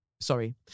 sorry